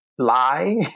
lie